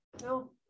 no